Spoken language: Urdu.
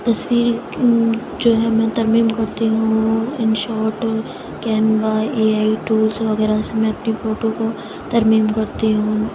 تصویریں جو ہیں میں ترمیم کرتی ہوں وہ ان شاٹ ہو کیمبا اے آئی ٹولس وغیرہ سے میں اپنی فوٹو کو ترمیم کرتی ہوں